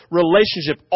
relationship